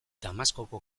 damaskoko